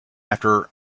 after